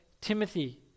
Timothy